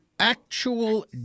actual